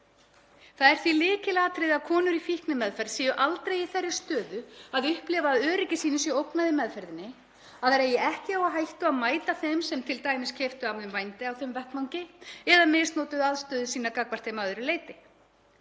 Það er því lykilatriði að konur í fíknimeðferð séu aldrei í þeirri stöðu að upplifa að öryggi sínu sé ógnað í meðferðinni, að þær eigi ekki á hættu að mæta þeim sem t.d. keyptu af þeim vændi á þeim vettvangi eða misnotuðu aðstöðu sína gagnvart þeim að öðru leyti.